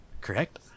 correct